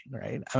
right